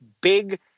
big